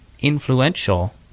influential